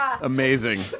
amazing